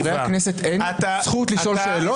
לחברי הכנסת אין זכות לשאול שאלות?